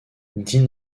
dean